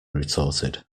retorted